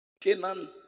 Canaan